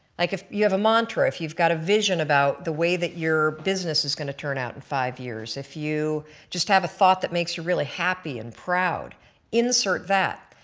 like if you have a mantra, if you have a vision about the way that your business is going to turn out in five years. if you just have a thought that makes you really happy and proud insert that.